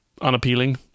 unappealing